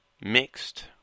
mixed